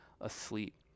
asleep